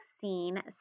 seen